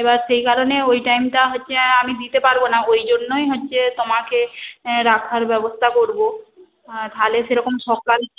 এবার সেই কারণে ওই টাইমটা হচ্ছে আমি দিতে পারব না ওইজন্যই হচ্ছে তোমাকে রাখার ব্যবস্থা করব তাহলে সেরকম সকাল